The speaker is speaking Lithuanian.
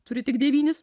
turi tik devynis